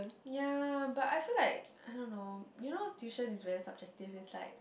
ya but I feel like I don't know you know tuition is very subjective is like